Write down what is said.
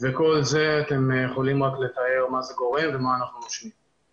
וכל זה אתם יכולים רק לתאר למה זה גורם ומה אנחנו נושמים.